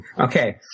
Okay